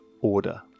order